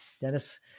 Dennis